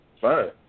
fine